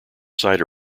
sight